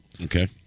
Okay